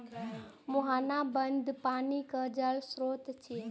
मुहाना बंद पानिक जल स्रोत छियै